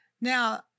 Now